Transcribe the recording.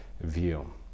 view